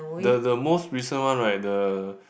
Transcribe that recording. the the most recent one right the